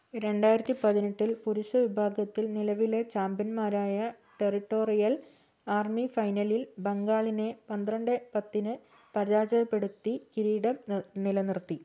രണ്ടായിരത്തി പതിനെട്ടിൽ പുരുഷ വിഭാഗത്തിൽ നിലവിലെ ചാമ്പ്യൻമാരായ ടെറിട്ടോറിയൽ ആർമി ഫൈനലിൽ ബംഗാളിനെ പന്ത്രണ്ട് പത്തിന് പരാജയപ്പെടുത്തി കിരീടം നെ നിലനിർത്തി